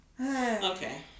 Okay